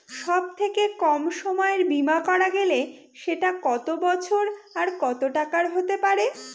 সব থেকে কম সময়ের বীমা করা গেলে সেটা কত বছর আর কত টাকার হতে পারে?